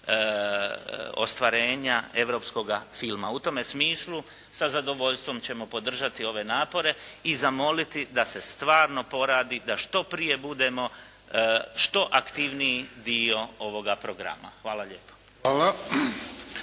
ostvarenja europskoga filma. U tome smislu sa zadovoljstvom ćemo podržati ove napore i zamoliti da se stvarno poradi da što prije budemo što aktivniji dio ovoga programa. Hvala lijepo.